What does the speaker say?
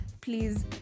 please